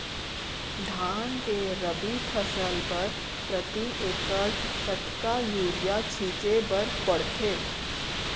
धान के रबि फसल बर प्रति एकड़ कतका यूरिया छिंचे बर पड़थे?